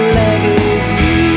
legacy